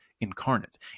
incarnate